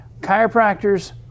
Chiropractors